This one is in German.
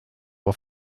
auf